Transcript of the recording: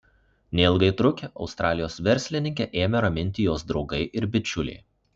neilgai trukę australijos verslininkę ėmė raminti jos draugai ir bičiuliai